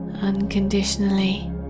unconditionally